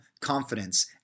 confidence